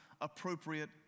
appropriate